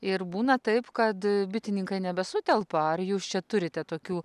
ir būna taip kad bitininkai nebesutelpa ar jūs čia turite tokių